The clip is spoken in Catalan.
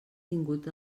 tingut